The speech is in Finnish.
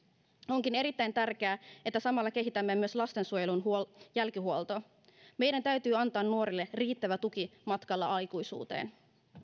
onkin erittäin tärkeää että samalla kehitämme myös lastensuojelun jälkihuoltoa meidän täytyy antaa nuorille riittävä tuki matkalla aikuisuuteen